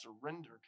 surrender